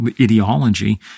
ideology